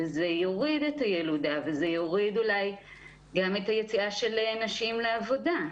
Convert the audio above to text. מה שיוריד את הילודה ויוריד אולי גם את היציאה של נשים לעבודה.